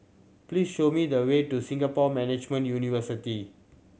please show me the way to Singapore Management University